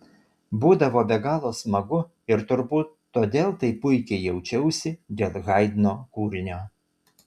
būdavo be galo smagu ir turbūt todėl taip puikiai jaučiausi dėl haidno kūrinio